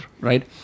right